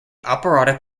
operatic